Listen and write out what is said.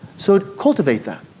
so cultivate that.